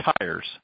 tires